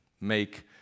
Make